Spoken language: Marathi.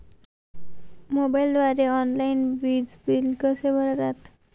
मोबाईलद्वारे ऑनलाईन वीज बिल कसे भरतात?